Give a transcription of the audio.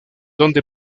donde